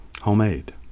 Homemade